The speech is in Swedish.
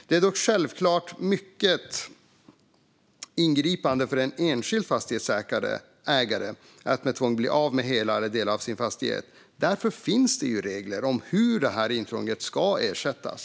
Det är dock självklart mycket ingripande för en enskild fastighetsägare att med tvång bli av med hela eller delar av sin fastighet. Därför finns det regler om hur intrånget ska ersättas.